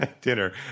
dinner